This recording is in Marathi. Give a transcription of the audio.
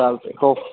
चालतय हो